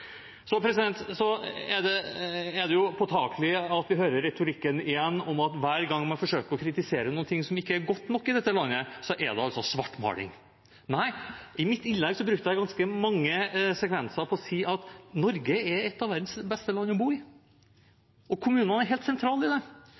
Det er påtakelig at vi igjen hører denne retorikken om at hver gang man forsøker å kritisere noe som ikke er godt nok i dette landet, er det svartmaling. Nei, i mitt innlegg brukte jeg ganske mange sekvenser på å si at Norge er et av verdens beste land å bo i,